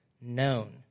known